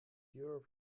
europe